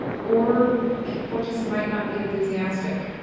or people just might not be enthusiastic,